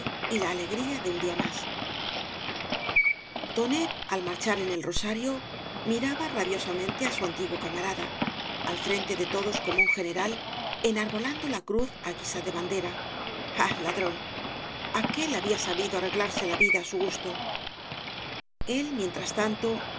y la alegría de un día más tonet al marchar en el rosario miraba rabiosamente a su antiguo camarada al frente de todos como un general enarbolando la cruz á guisa de bandera ah ladrón aquél había sabido arreglarse la vida á su gusto el mientras tanto